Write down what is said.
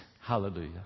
Hallelujah